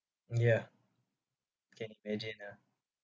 ya can imagine ah